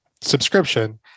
subscription